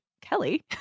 Kelly